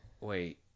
wait